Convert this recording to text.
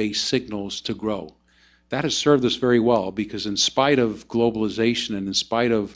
based signals to grow that has served us very well because in spite of globalization in spite of